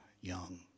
young